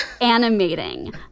animating